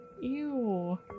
Ew